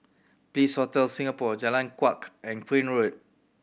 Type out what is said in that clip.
Bliss Hotel Singapore Jalan Kuak and Crane Road